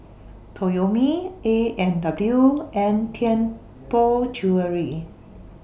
Toyomi A and W and Tianpo Jewellery